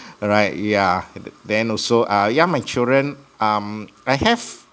uh right yeah then also uh yeah my children um I have